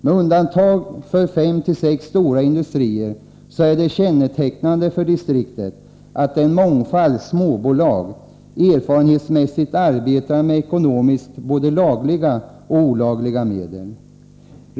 Med undantag för fem sex stora industrier är det kännetecknande för distriktet att en mångfald småbolag erfarenhetsmässigt arbetar med ekonomiskt både lagliga och olagliga medel.